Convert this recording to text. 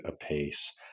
apace